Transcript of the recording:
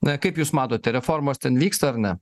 na kaip jūs matote reformos ten vyksta ar ne